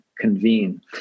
convene